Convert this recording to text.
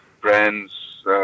brands